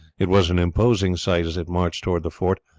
it was an imposing sight as it marched towards the fort,